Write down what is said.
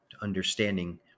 understanding